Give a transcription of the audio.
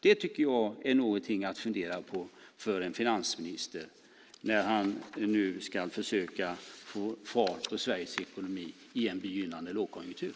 Det tycker jag är någonting att fundera på för en finansminister när han nu ska försöka få fart på Sveriges ekonomi i en begynnande lågkonjunktur.